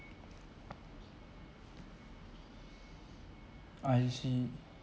I see